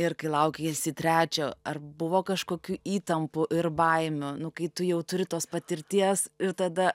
ir kai laukeisi trečio ar buvo kažkokių įtampų ir baimių nu kai tu jau turi tos patirties ir tada